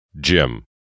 Jim